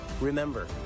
Remember